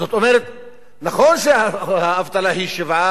נכון שהאבטלה היא 7% ומשהו,